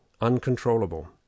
uncontrollable